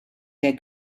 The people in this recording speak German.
der